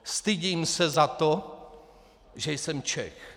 Stydím se za to, že jsem Čech.